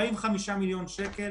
45 מיליון שקל